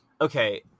okay